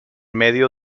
medio